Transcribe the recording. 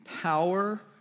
Power